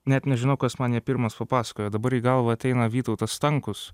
net nežinau kas man jį pirmas papasakojo dabar į galvą ateina vytautas stankus